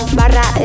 barra